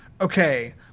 Okay